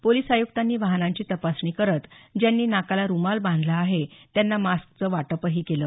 police आयुक्तांनी वाहनांची तपासणी करत ज्यांनी नाकाला रुमाल बांधला आहे त्यांना मास्कचं वाटपही केलं